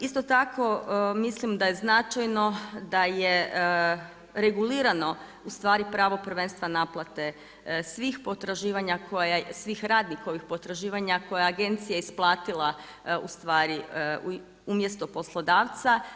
Isto tako mislim da je značajno da je regulirano ustvari pravo prvenstva naplate svih potraživanja koja, svih radnikovih potraživanja koje je agencija isplatila ustvari umjesto poslodavca.